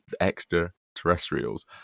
extraterrestrials